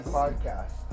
podcast